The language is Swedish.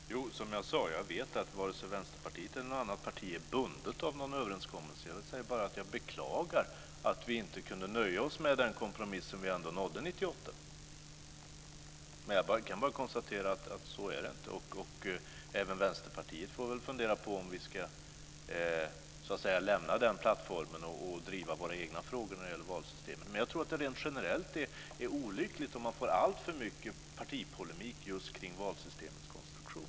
Fru talman! Som jag sade vet jag att varken Vänsterpartiet eller något annat parti är bundet av någon överenskommelse. Jag säger bara att jag beklagar att vi inte kunde nöja oss med den kompromiss som vi ändå nådde 1998. Jag kan bara konstatera att det inte är så. Även Vänsterpartiet får väl fundera på om vi ska lämna den plattformen och driva våra egna frågor när det gäller valsystemet. Men jag tror att det rent generellt är olyckligt om man får alltför mycket partipolemik just kring valsystemets konstruktion.